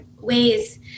ways